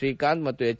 ಶ್ರೀಕಾಂತ್ ಮತ್ತು ಎಚ್